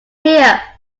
here